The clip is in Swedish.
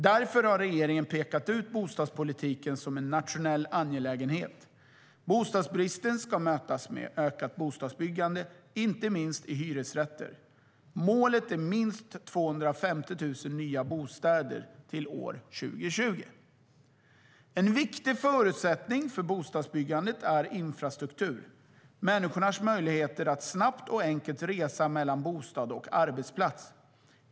Därför har regeringen pekat ut bostadspolitiken som en nationell angelägenhet. Bostadsbristen ska mötas med ökat bostadsbyggande, inte minst av hyresrätter. Målet är minst 250 000 nya bostäder till år 2020.En viktig förutsättning för bostadsbyggandet är infrastruktur - människornas möjligheter att snabbt och enkelt resa mellan bostad och arbetsplats.